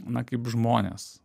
na kaip žmonės